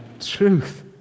truth